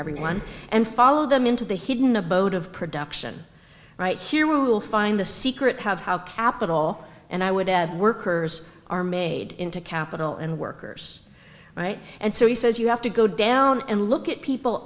everyone and follow them into the hidden abode of production right here will find the secret have how capital and i would add workers are made into capital and workers right and so he says you have to go down and look at people